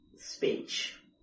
speech